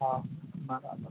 હા ના બરાબર